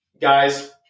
guys